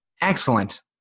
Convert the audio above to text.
excellent